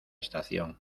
estación